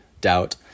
doubt